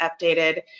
updated